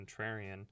contrarian